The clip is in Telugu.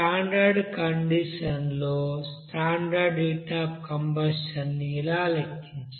స్టాండర్డ్ కండిషన్ లో స్టాండర్డ్ హీట్ అఫ్ కంబషన్ ని ఎలా లెక్కించాలి